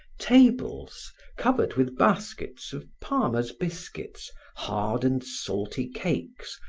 tables covered with baskets of palmers biscuits, hard and salty cakes,